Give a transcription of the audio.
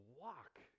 walk